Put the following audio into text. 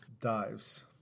dives